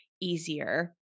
easier